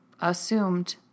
assumed